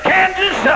Kansas